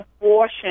abortion